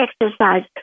exercise